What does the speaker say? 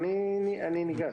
אני ניגש.